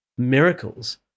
miracles